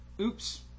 Oops